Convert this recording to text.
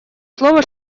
слово